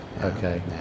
Okay